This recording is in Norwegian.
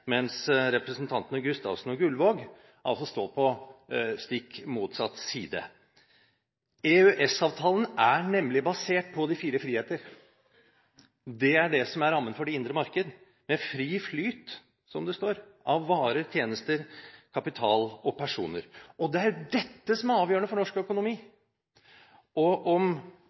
mens representantene Gustavsen og Gullvåg står på stikk motsatt side. EØS-avtalen er nemlig basert på de fire friheter. Det er rammen for det indre marked, med fri flyt – som det står – av varer, tjenester, kapital og personer. Det er dette som er avgjørende for norsk økonomi. Og